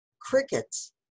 crickets